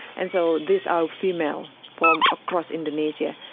and so this all-female from across indonesia,